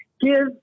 Give